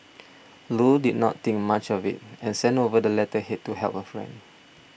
Loo did not think much of it and sent over the letterhead to help her friend